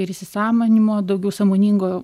ir įsisąmoninimo daugiau sąmoningo